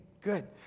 good